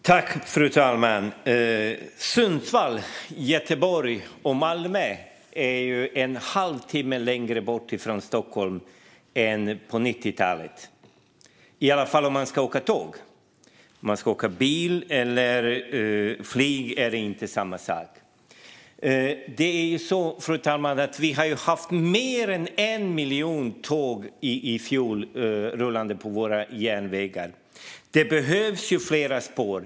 Fru talman! Sundsvall, Göteborg och Malmö är en halvtimme längre bort från Stockholm än på 90-talet, i varje fall om man ska åka tåg. Om man ska åka bil eller flyga är det inte samma sak. Fru talman! Vi har haft mer än 1 miljon tåg i fjol rullande på våra järnvägar. Det behövs fler spår.